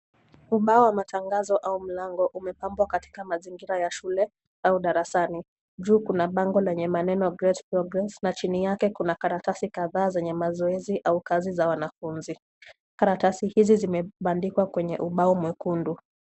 Ubao wa matangazo au mlango umepambwa katika mazingira ya shule au darasani. Juu kuna bango lenye maneno, Grace for Grace , na chini yake kuna karatasi kadhaa zenye mazoezi au kazi za wanafunzi. Karatasi hizi zimebandikwa kwenye ubao mwekundu.